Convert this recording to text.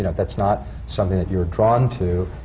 you know that's not something that you're drawn to,